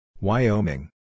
Wyoming